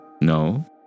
No